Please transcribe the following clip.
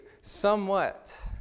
somewhat